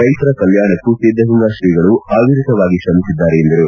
ರೈತರ ಕಲ್ಕಾಣಕ್ಕೂ ಸಿದ್ದಗಂಗಾ ತ್ರೀಗಳು ಅವಿರತವಾಗಿ ತ್ರಮಿಸಿದ್ದಾರೆ ಎಂದರು